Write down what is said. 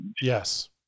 Yes